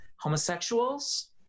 homosexuals